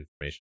information